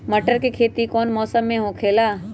मटर के खेती कौन मौसम में होखेला?